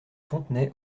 fontenay